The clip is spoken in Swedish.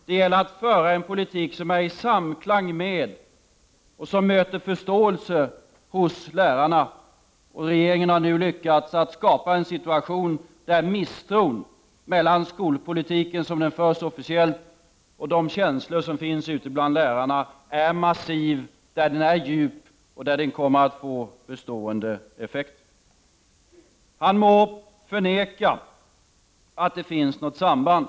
Det gäller att föra en politik som är i samklang med och möter förståelse hos lärarna. Regeringen har nu lyckats skapa en situation där misstron mellan skolpolitiken som den förs officiellt och de känslor som finns ute bland lärarna är massiv och djup och kommer att få bestående effekter. Han må förneka att det finns något samband.